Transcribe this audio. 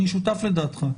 אני שותף לדעתך.